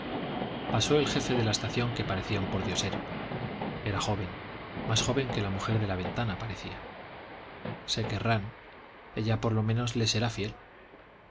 pasó el jefe de la estación que parecía un pordiosero era joven más joven que la mujer de la ventana parecía se querrán ella por lo menos le será fiel